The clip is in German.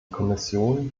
kommission